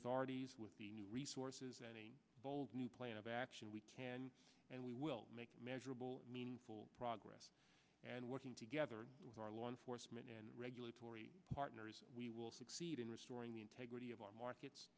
authorities with the new resources and a bold new plan of action we can and we will make measurable meaningful progress and working together with our law enforcement and regulatory partners we will succeed in restoring the integrity of our markets